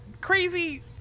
crazy